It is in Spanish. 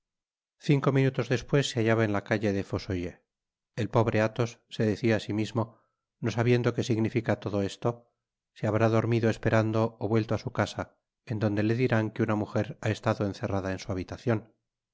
cinco minutos despues se hallaba en la calle de fossoyeurs el pobre athos se decía á si mismo no sabiendo qué significa todo esto se habrá dormido esperando ó vuelto á su casa en donde le dirán que una mujer ha estado encerrada en su habitacion